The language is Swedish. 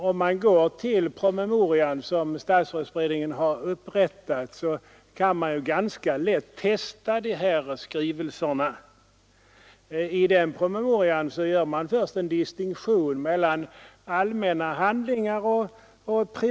Om man följer den promemoria som statsrådsberedningen har upprättat kan man ganska lätt testa dessa skrivelser. I promemorian görs först en distinktion mellan allmänna och privata handlingar.